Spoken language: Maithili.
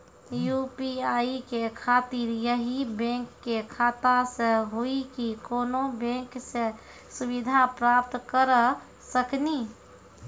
यु.पी.आई के खातिर यही बैंक के खाता से हुई की कोनो बैंक से सुविधा प्राप्त करऽ सकनी?